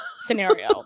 scenario